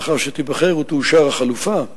אצות ועשבים